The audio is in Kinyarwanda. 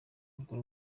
urwo